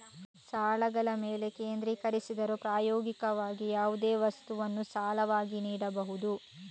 ಸಾಲಗಳ ಮೇಲೆ ಕೇಂದ್ರೀಕರಿಸಿದರೂ, ಪ್ರಾಯೋಗಿಕವಾಗಿ, ಯಾವುದೇ ವಸ್ತುವನ್ನು ಸಾಲವಾಗಿ ನೀಡಬಹುದು